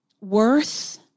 worth